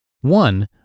One